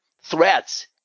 threats